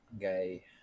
guy